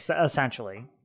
essentially